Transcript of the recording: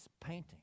painting